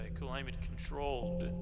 climate-controlled